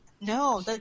no